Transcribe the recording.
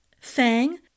Fang